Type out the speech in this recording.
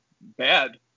bad